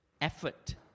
effort